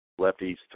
Lefties